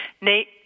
Nate